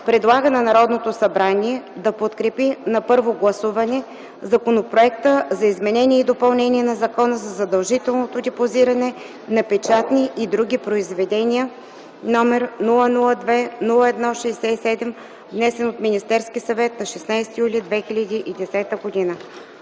предлага на Народното събрание да подкрепи на първо гласуване Законопроекта за изменение и допълнение на Закона за задължителното депозиране на печатни и други произведения, № 002-01-67, внесен от Министерския съвет на 16 юли 2010 г.”